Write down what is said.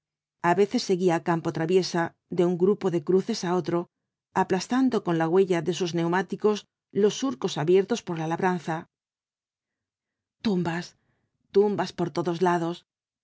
a veces seguía á campa traviesa de un grupo de cruces á otro aplastando con la huella de sus neumáticos los surcos abiertos por la labranza tumbas tumbas por todos lados